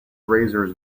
razors